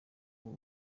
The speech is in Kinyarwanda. ubu